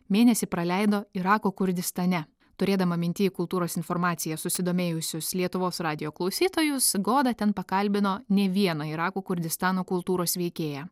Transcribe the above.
mėnesį praleido irako kurdistane turėdama minty kultūros informacija susidomėjusius lietuvos radijo klausytojus goda ten pakalbino ne vieną irako kurdistano kultūros veikėją